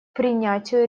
принятию